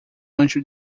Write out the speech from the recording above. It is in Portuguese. anjo